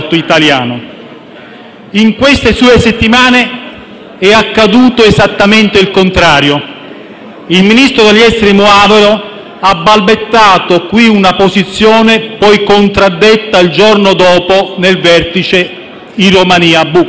In queste due settimane è accaduto esattamente il contrario: il ministro degli esteri Moavero ha balbettato qui una posizione poi contraddetta, il giorno dopo, nel vertice tenutosi in Romania, a Bucarest.